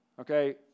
okay